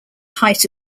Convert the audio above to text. height